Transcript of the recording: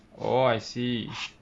oh I see